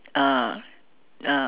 uh uh